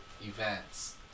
Events